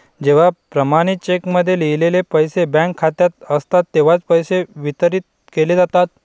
जेव्हा प्रमाणित चेकमध्ये लिहिलेले पैसे बँक खात्यात असतात तेव्हाच पैसे वितरित केले जातात